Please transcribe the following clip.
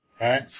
right